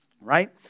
Right